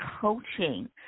coaching